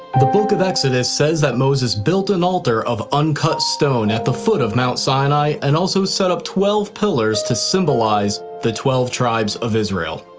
the book of exodus says that moses built an altar of uncut stone at the foot of mount sinai and also set up twelve pillars to symbolize the twelve tribes of israel.